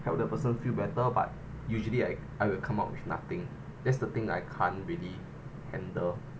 help the person feel better but usually I I will come up with nothing that's the thing I can't really handle